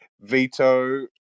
veto